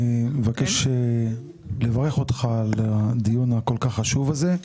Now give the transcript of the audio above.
אני מבקש לברך אותך על הדיון הכול כך חשוב הזה,